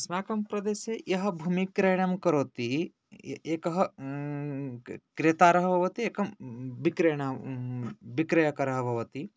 अस्माकं प्रदेशे यः भूमिक्रयणं करोति ए एकः क्रेतारः भवति एकः विक्रयणं विक्रयकरः भवति